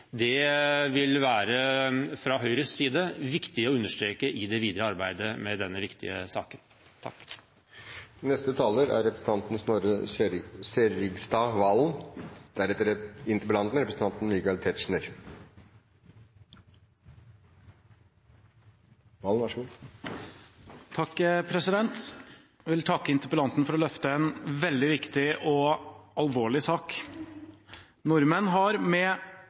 vil fra Høyres side være viktig å understreke i det videre arbeidet med denne viktige saken. Jeg vil takke interpellanten for å løfte en veldig viktig og alvorlig sak. Nordmenn har med helt ulik personlig og politisk motivasjon mange ganger i Norges historie reist til utlandet for å